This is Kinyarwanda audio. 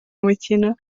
mukino